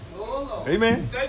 Amen